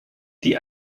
die